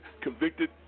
convicted